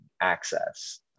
access